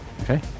Okay